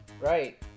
Right